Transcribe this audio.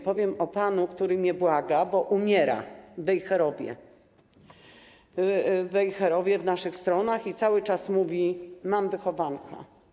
Powiem o panu, który mnie błaga, bo umiera w Wejherowie, w naszych stronach, i cały czas mówi: Mam wychowanka.